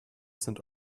sind